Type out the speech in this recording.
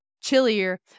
chillier